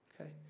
okay